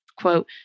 quote